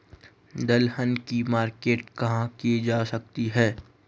दलहन की मार्केटिंग कहाँ की जा सकती है?